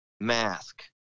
mask